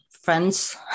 friends